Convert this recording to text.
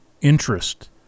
interest